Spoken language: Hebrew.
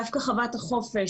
דווקא חוות החופש,